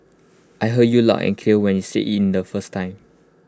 I heard you loud and clear when you said IT in the first time